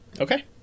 Okay